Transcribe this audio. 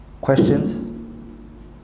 questions